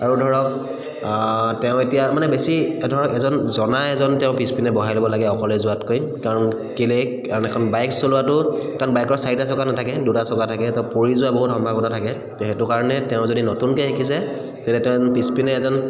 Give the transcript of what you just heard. আৰু ধৰক তেওঁ এতিয়া মানে বেছি ধৰক এজন জনা এজন তেওঁ পিছপিনে বহাই ল'ব লাগে অকলে যোৱাতকৈ কাৰণ কেলে কাৰণ এখন বাইক চলোৱাটো কাৰণ বাইকৰ চাৰিটা চকা নাথাকে দুটা চকা থাকে পৰি যোৱা বহুত সম্ভাৱনা থাকে ত' সেইটো কাৰণে তেওঁ যদি নতুনকৈ শিকিছে তেন্ত তেওঁ পিছপিনে এজন